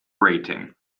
rating